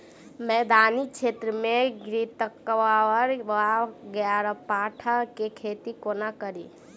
मैदानी क्षेत्र मे घृतक्वाइर वा ग्यारपाठा केँ खेती कोना कड़ी?